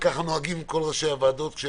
וכך נוהגים כל ראשי הוועדות.